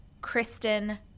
Kristen